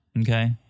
Okay